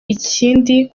ikindi